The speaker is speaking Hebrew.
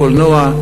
הקולנוע,